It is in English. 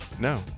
No